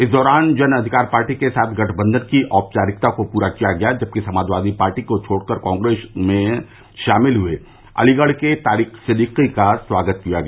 इस दौरान जन अधिकार पार्टी के साथ गठबंधन की औपचारिकता को पूरा किया गया जबकि समाजवादी पार्टी को छोड़कर कांग्रेस में शामिल हुए अलीगढ़ के तारिक सिदिदकी का स्वागत किया गया